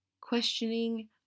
Questioning